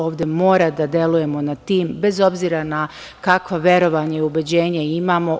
Ovde moramo da delujemo kao tim, bez obzira kakvo verovanje, ubeđenje imamo.